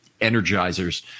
energizers